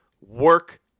work